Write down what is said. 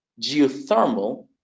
Geothermal